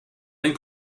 ein